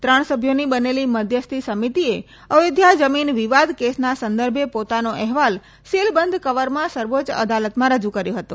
ત્રણ સભ્યોની બનેલી મધ્યસ્થી સમિતિએ અયોધ્યા જમીન વિવાદ કેસના સંદર્ભે પોતાનો અહેવાલ સિલબંધ કવરમાં સર્વોચ્ય અદાલતમાં રજુ કર્યો હતો